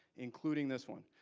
including this one.